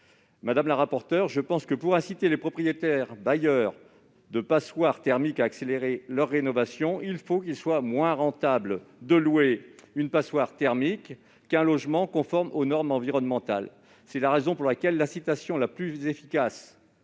Madame la rapporteure, pour inciter les propriétaires bailleurs de passoires thermiques à accélérer leur rénovation, il faut qu'il soit moins rentable pour eux de louer leur bien qu'un logement conforme aux normes environnementales. À cet égard, il me semble que l'incitation la plus efficace-